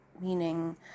meaning